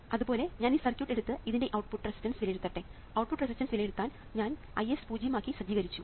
അതുപോലെ ഞാൻ ഈ സർക്യൂട്ട് എടുത്ത് ഇതിൻറെ ഔട്ട്പുട്ട് റെസിസ്റ്റൻസ് വിലയിരുത്തട്ടെ ഔട്ട്പുട്ട് റെസിസ്റ്റൻസ് വിലയിരുത്താൻ ഞാൻ Is പൂജ്യം ആയി സജ്ജീകരിച്ചു